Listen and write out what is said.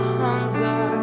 hunger